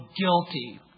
guilty